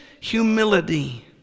Humility